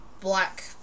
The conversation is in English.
black